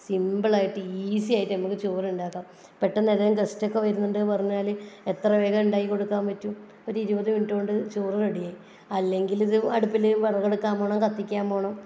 simple ആയിട്ട് easy ആയിട്ട് നമുക്ക് ചോറുണ്ടാക്കാം പെട്ടെന്ന് ഏതെങ്കിലും ഗസ്റ്റ് ഒക്കെ വരുന്നുണ്ട് എന്ന് പറഞ്ഞാൽ എത്ര വേഗം ഉണ്ടാക്കി കൊടുക്കാൻ പറ്റും ഒരു ഇരുപതു മിനുട്ട് കൊണ്ട് ചോറ് റെഡി ആയി അല്ലെങ്കിൽ ഇത് അടുപ്പിൽ വിറകെടുക്കാൻ പോവണം കത്തിക്കാൻ പോവണം